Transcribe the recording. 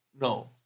no